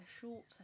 short